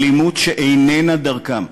אלימות שאיננה דרכם.